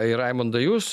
ir raimundai jūs